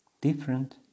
Different